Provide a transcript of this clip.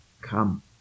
come